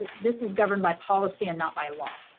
ah this is governed by policy and not by law.